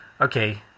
okay